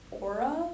aura